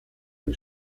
and